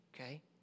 okay